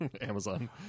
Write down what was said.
amazon